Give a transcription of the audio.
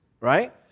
right